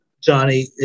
Johnny